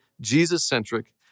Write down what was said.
Jesus-centric